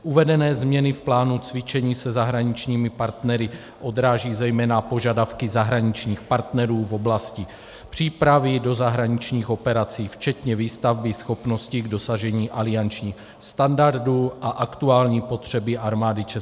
Uvedené změny v plánu cvičení se zahraničními partnery odrážejí zejména požadavky zahraničních partnerů v oblasti přípravy do zahraničních operací, včetně výstavby schopnosti k dosažení aliančních standardů a aktuální potřeby Armády ČR.